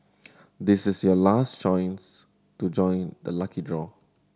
this is your last chance to join the lucky draw